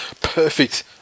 Perfect